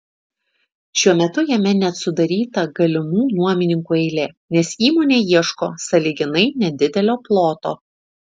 šiuo metu jame net sudaryta galimų nuomininkų eilė nes įmonė ieško sąlyginai nedidelio ploto